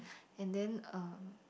and then um